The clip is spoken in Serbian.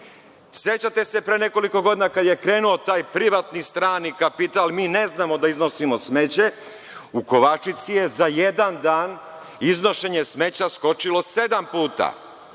se pre nekoliko godina kada je krenuo taj privatni strani kapital, mi ne znamo da iznosimo smeće, u Kovačici je za jedan dan iznošenja smeća skočilo sedam puta.